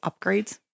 upgrades